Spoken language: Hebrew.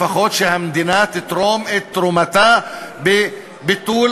לפחות שהמדינה תתרום את תרומתה בביטול